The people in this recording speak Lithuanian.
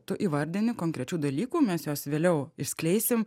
tu įvardini konkrečių dalykų mes juos vėliau išskleisim